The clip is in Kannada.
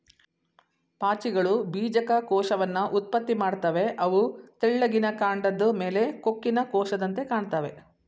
ಪಾಚಿಗಳು ಬೀಜಕ ಕೋಶವನ್ನ ಉತ್ಪತ್ತಿ ಮಾಡ್ತವೆ ಅವು ತೆಳ್ಳಿಗಿನ ಕಾಂಡದ್ ಮೇಲೆ ಕೊಕ್ಕಿನ ಕೋಶದಂತೆ ಕಾಣ್ತಾವೆ